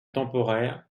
temporaire